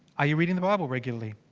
are you reading the bible regularly?